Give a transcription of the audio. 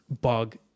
Bug